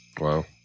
Wow